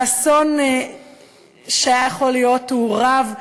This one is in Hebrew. האסון היה יכול להיות הוא גדול.